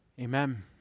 Amen